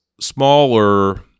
smaller